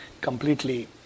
completely